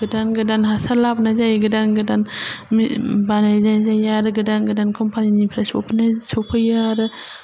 गोदान गोदान हासार लाबोनाय जायो गोदान गोदान बानायनाय जायो आरो गोदान गोदान कम्पानिनिफ्राय सफैनाय सफैयो आरो